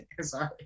sorry